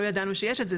לא ידענו שיש את זה,